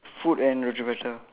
food and roti prata